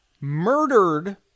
murdered